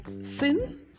sin